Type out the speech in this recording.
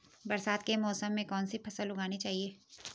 बरसात के मौसम में कौन सी फसल उगानी चाहिए?